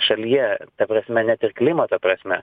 šalyje ta prasme net ir klimato prasme